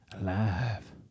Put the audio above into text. Alive